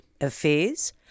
Affairs